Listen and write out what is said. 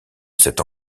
cette